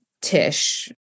Tish